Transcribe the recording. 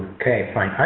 okay fine,